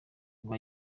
ngo